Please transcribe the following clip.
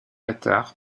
attard